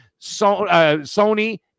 Sony